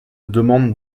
demande